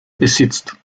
besitzt